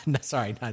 sorry